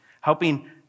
helping